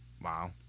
Wow